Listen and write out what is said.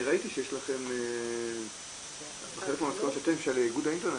אני ראיתי בחלק של איגוד האינטרנט,